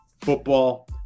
football